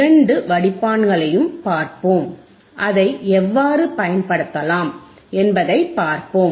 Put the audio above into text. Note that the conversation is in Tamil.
இரண்டு வடிப்பான்களையும் பார்ப்போம் அதை எவ்வாறு பயன்படுத்தலாம் என்பதைப் பார்ப்போம்